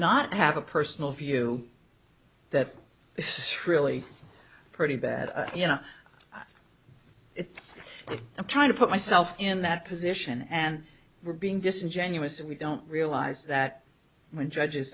not have a personal view that this is really pretty bad you know if i'm trying to put myself in that position and we're being disingenuous and we don't realize that when judges